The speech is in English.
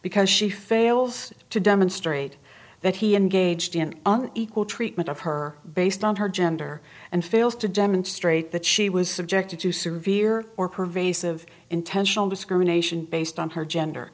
because she fails to demonstrate that he engaged in an equal treatment of her based on her gender and fails to demonstrate that she was subjected to serve year or pervasive intentional discrimination based on her gender